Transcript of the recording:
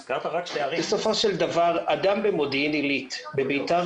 בסופו של דבר אדם במודיעין עלית ובית"ר